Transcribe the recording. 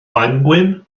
maengwyn